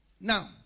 Now